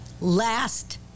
last